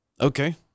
Okay